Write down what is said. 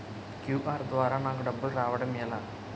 QR ద్వారా నాకు డబ్బులు రావడం ఎలా?